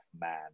man